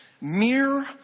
Mere